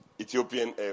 Ethiopian